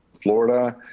florida.